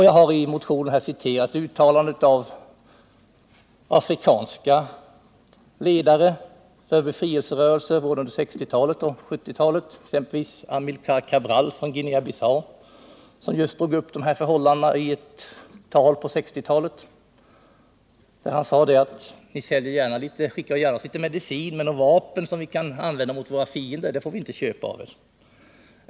Jag har i motionen citerat uttalanden av afrikanska ledare för befrielserörelser under både 1960-talet och 1970-talet, exempelvis Amilcar Cabral. Han sade i ett tal på 1960-talet: Ni skickar oss gärna litet medicin. Men vapen, som vi kan använda mot våra fiender, får vi inte köpa av er.